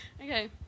Okay